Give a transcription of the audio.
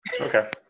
Okay